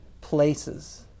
places